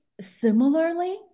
Similarly